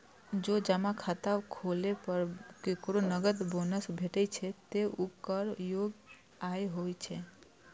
जौं जमा खाता खोलै पर केकरो नकद बोनस भेटै छै, ते ऊ कर योग्य आय होइ छै